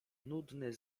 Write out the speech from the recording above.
nudny